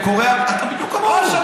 קוריאה, אתה בדיוק כמוהו.